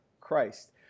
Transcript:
Christ